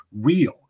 real